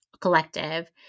collective